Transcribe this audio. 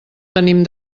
tenim